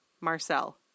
Marcel